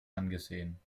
angesehen